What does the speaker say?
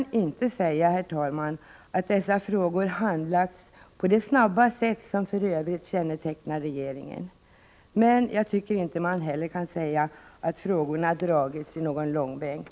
Man kan inte säga att dessa frågor handlagts på det snabba sätt som för övrigt kännetecknar regeringen, men det betyder inte att man för den skull kan säga att frågorna dragits i någon långbänk.